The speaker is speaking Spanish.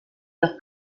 los